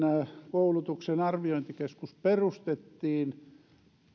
koulutuksen arviointikeskus perustettiin se